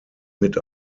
mit